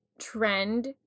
trend